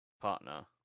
partner